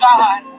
God